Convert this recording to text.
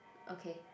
okay